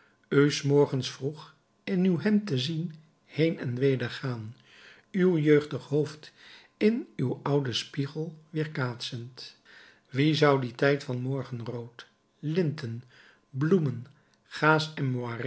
u s morgens vroeg in uw hemd te zien heen en wedergaan uw jeugdig hoofd in uw ouden spiegel weerkaatsend wie zou dien tijd van morgenrood linten bloemen